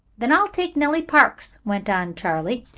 then i'll take nellie parks, went on charley.